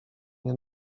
nie